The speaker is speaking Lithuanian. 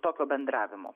tokio bendravimo